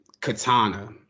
katana